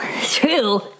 True